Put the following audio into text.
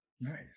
Nice